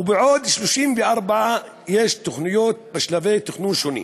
ובעוד 34 יש תוכניות בשלבי תכנון שונים.